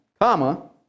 comma